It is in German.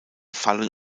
fallen